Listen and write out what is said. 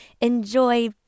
enjoy